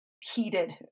heated